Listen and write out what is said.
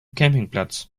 campingplatz